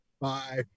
Bye